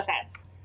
offense